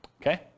Okay